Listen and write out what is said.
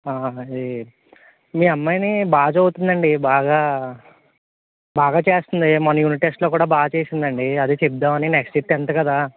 ఈ మీ అమ్మాయి బాగా చదువుతుంది అండి బాగా బాగా చేస్తుంది మొన్న యూనిట్ టెస్ట్లో బాగా చేసింది అండి అదే చెప్తామని నెక్స్ట్ ఇయర్ టెన్త్ కదా